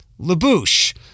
LaBouche